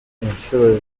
inshuro